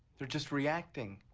they're just reacting.